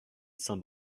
some